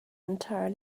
entire